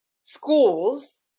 schools